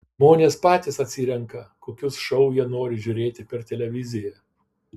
žmonės patys atsirenka kokius šou jie nori žiūrėti per televiziją